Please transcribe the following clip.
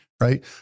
right